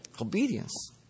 Obedience